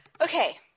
Okay